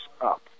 up